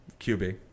QB